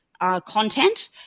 content